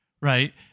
right